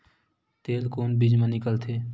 तेल कोन बीज मा निकलथे?